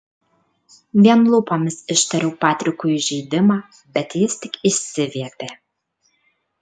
vien lūpomis ištariau patrikui įžeidimą bet jis tik išsiviepė